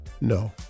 no